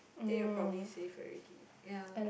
then you're probably safe already ya